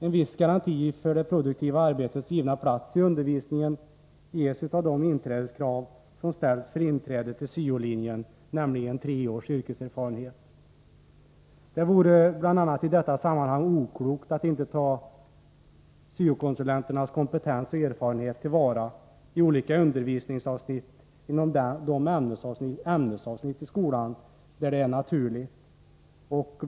En viss garanti för det produktiva arbetets givna plats i undervisningen ges av de inträdeskrav som ställs för inträde till syo-linjen, nämligen tre års yrkeserfarenhet. Det vore bl.a. i detta sammanhang oklokt att inte ta syo-konsulenternas kompetens och erfarenhet till vara i olika undervisningsavsnitt inom de ämnen i skolan där det är naturligt att göra så.